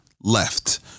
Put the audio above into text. left